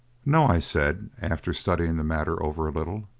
no, i said, after studying the matter over a little.